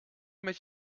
met